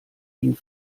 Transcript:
ihn